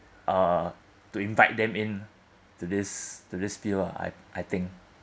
uh to invite them in to this to this field lah I I think